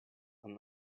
and